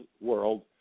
world